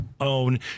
own